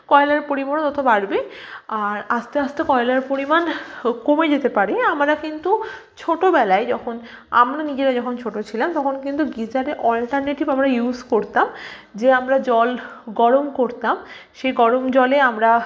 কয়লার পরিমাণও ততো বাড়বে আর আস্তে আস্তে কয়লার পরিমাণ কমে যেতে পারে আমরা কিন্তু ছোটোবেলায় যখন আমরা নিজেরা যখন ছোটো ছিলাম তখন কিন্তু গিজারের অলটারনেটিভ আমরা ইউজ করতাম যে আমরা জল গরম করতাম সেই গরম জলে আমরা